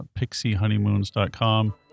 PixieHoneymoons.com